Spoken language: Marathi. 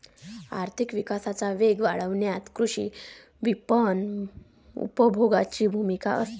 आर्थिक विकासाचा वेग वाढवण्यात कृषी विपणन उपभोगाची भूमिका असते